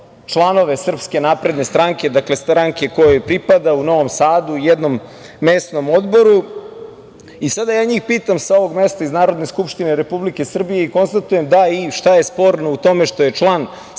članove SNS, dakle stranke kojoj pripada, u Novom Sadu, jednom mesnom odboru i sada ja njih pitam sa ovog mesta iz Narodne skupštine Republike Srbije - da, i šta je sporno u tome što je član